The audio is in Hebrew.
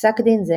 בפסק דין זה,